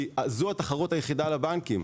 כי זו התחרות היחידה לבנקים.